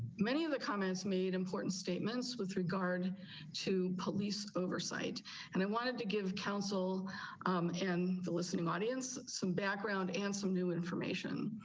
many of the comments made important statements with regard to police oversight and i wanted to give counsel and the listening audience. some background and some new information.